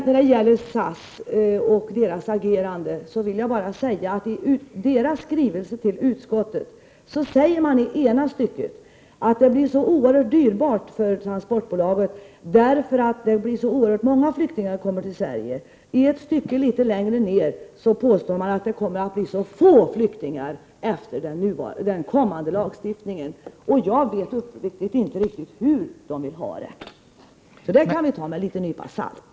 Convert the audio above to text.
När det gäller SAS och dess agerande vill jag bara säga att SAS i sin skrivelse till utskottet i ena stycket säger att det blir så oerhört dyrbart för transportbolaget, eftersom det blir så oerhört många flyktingar som kommer till Sverige, medan man i ett stycke litet längre fram påstår att det kommer att bli så få flyktingar sedan den nya lagen trätt i kraft. Jag vet uppriktigt sagt inte hur man vill ha det. Detta kan vi alltså ta med en nypa salt.